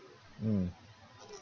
mm